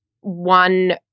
one